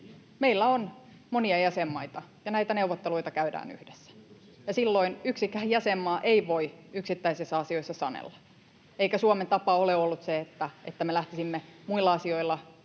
Meillä on monia jäsenmaita, ja näitä neuvotteluita käydään yhdessä, ja silloin yksikään jäsenmaa ei voi yksittäisissä asioissa sanella, eikä Suomen tapa ole ollut, että me lähtisimme muilla asioilla